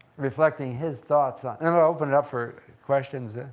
reflecting his thoughts on, and i'll open it up for questions.